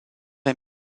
est